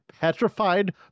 petrified